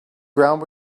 ground